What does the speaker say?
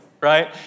Right